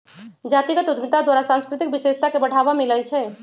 जातीगत उद्यमिता द्वारा सांस्कृतिक विशेषता के बढ़ाबा मिलइ छइ